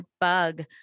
bug